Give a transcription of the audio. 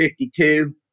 52